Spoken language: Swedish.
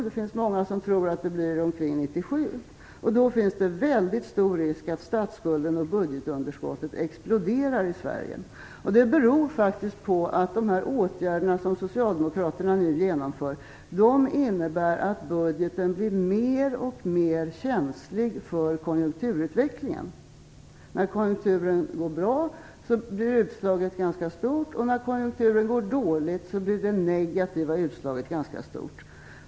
Det finns många som tror att det blir omkring 1997. Då finns det väldigt stor risk att statsskulden och budgetunderskottet exploderar i Sverige. Det beror faktiskt på att de åtgärder som Socialdemokraterna nu genomför innebär att budgeten blir mer och mer känslig för konjunkturutvecklingen. När konjunkturen går bra blir utslaget ganska stort, och när konjunkturen går dåligt blir det negativa utslaget ganska stort.